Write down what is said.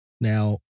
Now